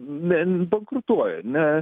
ne bankrutuoja ne